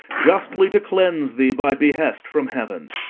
justly to cleanse thee by behest from heaven.